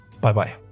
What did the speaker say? Bye-bye